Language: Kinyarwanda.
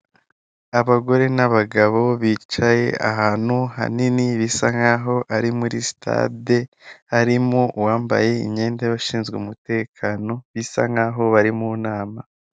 Abagore n'abagabo bicaye ahantu hanini bisa nk'aho ari muri sitade, harimo uwambaye imyenda y'abashinzwe umutekano bisa nk'aho ari mu nama.